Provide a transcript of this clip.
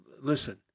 listen